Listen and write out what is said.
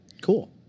Cool